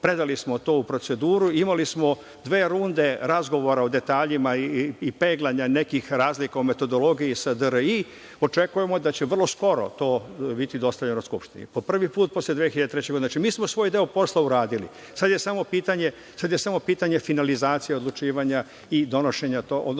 predali smo to u proceduru. Imali smo dve runde razgovora o detaljima i peglanja nekih razlika u metodologiji sa DRI. Očekujemo da će vrlo skoro to biti dostavljeno Skupštini po prvi put posle 2003. godine. Znači, mi smo svoj deo posla uradili, a sada je samo pitanje finalizacije, odlučivanja i donošenja,